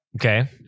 okay